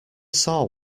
saw